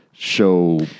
show